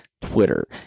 Twitter